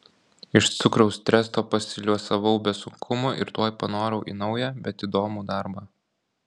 iš cukraus tresto pasiliuosavau be sunkumų ir tuoj panorau į naują bet įdomų darbą